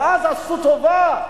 ואז עשו טובה.